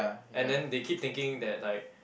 and then they keep thinking that like